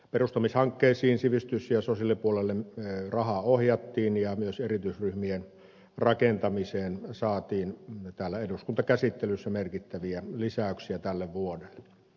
perustamishankkeisiin sivistys ja sosiaalipuolelle rahaa ohjattiin ja myös erityisryhmien rakentamiseen saatiin täällä eduskuntakäsittelyssä merkittäviä lisäyksiä tälle vuodelle